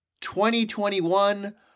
2021